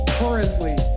currently